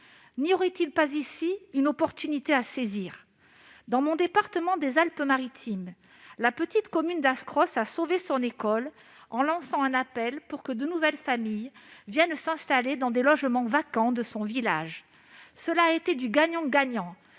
N'y aurait-il pas ici une occasion à saisir ? Dans mon département, les Alpes-Maritimes, la petite commune d'Ascros a sauvé son école en lançant un appel pour que de nouvelles familles viennent s'installer dans des logements vacants de son village. Cela a été du gagnant-gagnant.